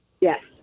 Yes